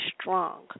Strong